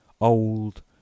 old